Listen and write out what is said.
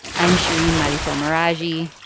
i'm shereen marisol meraji.